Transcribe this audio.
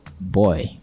boy